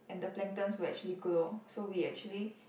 and the planktons will actually glow so we actually